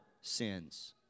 sins